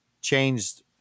changed